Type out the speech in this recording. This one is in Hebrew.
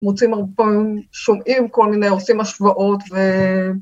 מוצאים ארופאים, שומעים כל מיני, עושים השוואות ו...